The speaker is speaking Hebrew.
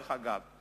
דרך אגב,